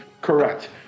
Correct